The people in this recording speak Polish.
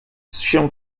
się